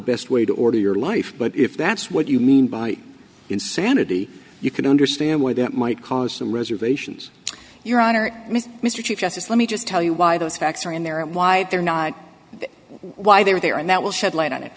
best way to order your life but if that's what you mean by insanity you can understand why that might cause some reservations your honor mr chief justice let me just tell you why those facts are in there and why they're not why they were there and that will shed light on it